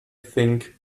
think